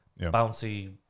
bouncy